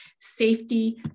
safety